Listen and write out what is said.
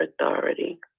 authority